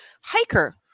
hiker